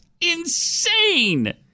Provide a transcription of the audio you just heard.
insane